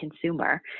consumer